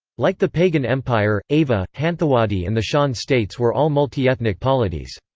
like the pagan empire, ava, hanthawaddy and the shan states were all multi-ethnic polities.